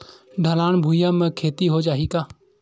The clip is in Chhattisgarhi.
ढलान भुइयां म खेती हो जाही का?